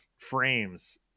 frames